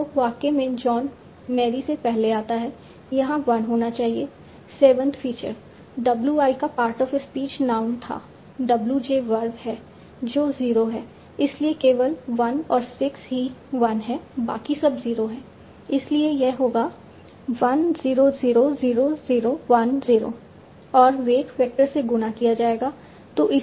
तो वाक्य में जॉन मैरी से पहले आता है यहां 1 होना चाहिए 7th फ़ीचर W i का पार्ट ऑफ स्पीच नाउन था w j वर्ब है जो 0 है इसलिए केवल 1 और 6 ही 1 हैं बाकी सब 0 हैं इसलिए यह होगा 1000010 और वेट वेक्टर से गुणा किया जाएगा